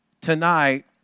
Tonight